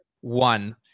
One